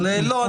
אבל לא,